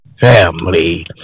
family